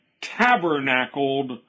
tabernacled